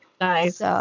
Nice